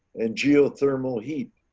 and geothermal heat.